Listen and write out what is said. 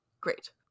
Great